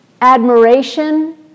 admiration